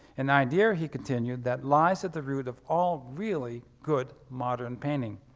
an idea, he continued, that lies at the root of all really good modern painting.